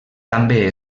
també